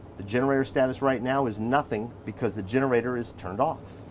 the generator status right now is nothing, because the generator is turned off.